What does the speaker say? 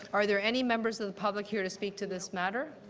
are there any members of the public here to speak to this matter?